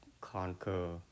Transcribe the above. conquer